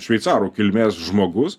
šveicarų kilmės žmogus